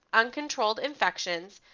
uncontrolled infections,